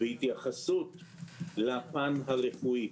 והתייחסות לפן הרפואי.